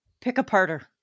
pick-a-parter